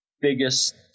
biggest